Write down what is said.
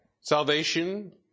Salvation